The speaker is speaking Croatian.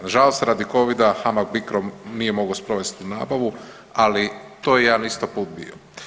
Nažalost radi Covida HAMAG-Bicro nije mogao sprovesti nabavu, ali to je jedan isto put bio.